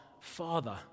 father